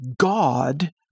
God